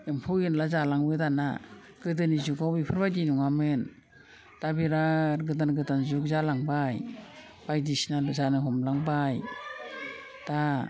एम्फौ एन्ला जालाङो दाना गोदोनि जुगाव बेफोरबायदि नङामोन दा बेराद गोदान गोदान जुग जालांबाय बायदिसिनाबो जानो हमलांबाय दा